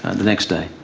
and the next day.